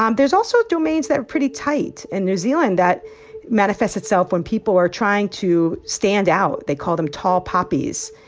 um there's also domains that are pretty tight in new zealand that manifest itself when people are trying to stand out. they call them tall poppies.